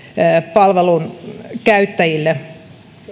palvelun käyttäjille